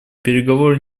переговоры